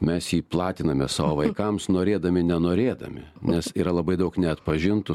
mes jį platiname savo vaikams norėdami nenorėdami nes yra labai daug neatpažintų